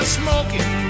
smoking